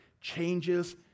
changes